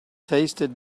tasted